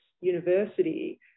university